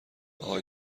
آهای